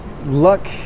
luck